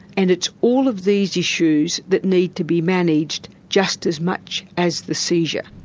and it's all of these issues that need to be managed just as much as the seizure.